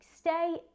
Stay